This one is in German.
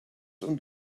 und